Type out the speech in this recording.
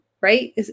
right